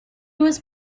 was